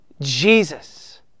Jesus